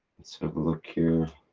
have a look here.